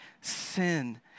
sin